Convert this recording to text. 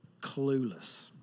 clueless